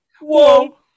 Whoa